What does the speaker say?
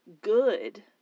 good